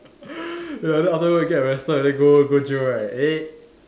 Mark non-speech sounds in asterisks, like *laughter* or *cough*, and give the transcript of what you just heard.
*laughs* ya then afterwards then get arrested then go then go jail right eh